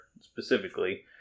specifically